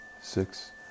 six